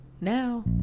Now